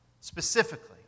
specifically